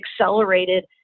accelerated